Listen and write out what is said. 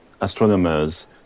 astronomers